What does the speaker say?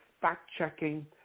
fact-checking